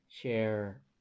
share